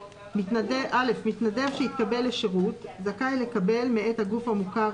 3. מתנדב שהתקבל לשירות זכאי לקבל מאת הגוף המוכר